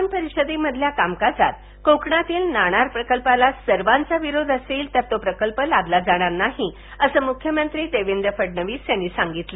विधान परिषदेतल्या कामकाजात कोकणातील नाणार प्रकल्पाला सर्वांचा विरोध असेल तर लादला जाणार नाही असे मुख्यमंत्री देवेंद्र फडणवीस यांनी सांगितले